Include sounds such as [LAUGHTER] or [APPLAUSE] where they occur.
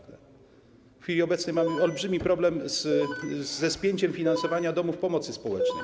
W chwili obecnej [NOISE] mają olbrzymi problem ze spięciem finansowania domów pomocy społecznej.